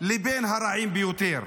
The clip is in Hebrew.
לבין הרעים ביותר.